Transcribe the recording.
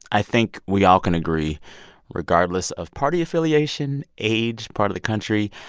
i think we all can agree regardless of party affiliation, age, part of the country,